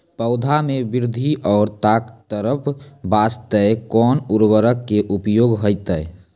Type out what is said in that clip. पौधा मे बृद्धि और ताकतवर बास्ते कोन उर्वरक के उपयोग होतै?